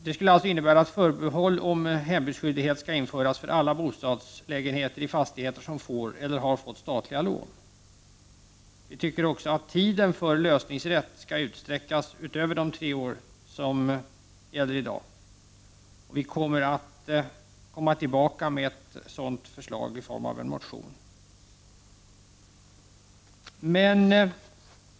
Det skulle innebära att ett förbehåll om hembudsskyldighet införs för alla bostadslägenheter i fastigheter som får eller har fått statliga lån. Miljöpartiet anser också att tiden för lösningsrätt skall utsträckas utöver de tre år som gäller i dag. Vi har för avsikt att återkomma med ett sådant förslag i form av en motion.